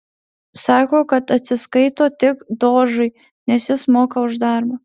sako kad atsiskaito tik dožui nes jis moka už darbą